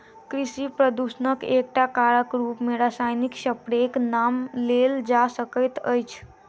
कृषि प्रदूषणक एकटा कारकक रूप मे रासायनिक स्प्रेक नाम लेल जा सकैत अछि